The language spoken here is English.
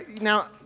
now